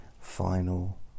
final